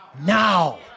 Now